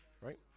Right